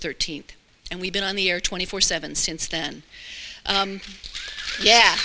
thirteenth and we've been on the air twenty four seventh's since then yeah